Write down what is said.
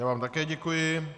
Já vám také děkuji.